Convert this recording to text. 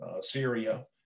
Syria